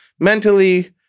mentally